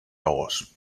boss